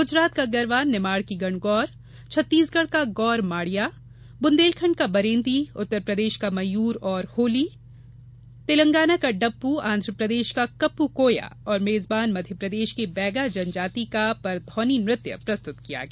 ग़जरात का गरबा निमाड़ की गणगौर छत्तीसगढ़ का गौर माड़िया बुन्देलखंड का बरेंदी उत्तरप्रदेश का मयूर और होली तेलंगाना का डप्पू आंध्रप्रदेश का कप्पू कोया और मेजबान मध्यप्रदेश के बैगा जनजाति का परधौनी नृत्य प्रस्तुत किया गया